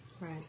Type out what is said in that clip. Right